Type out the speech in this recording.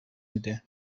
میده